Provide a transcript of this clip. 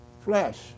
flesh